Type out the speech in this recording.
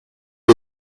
物语